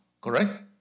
correct